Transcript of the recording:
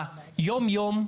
ביום יום,